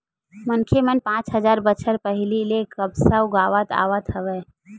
मनखे मन पाँच हजार बछर पहिली ले कपसा उगावत आवत हवय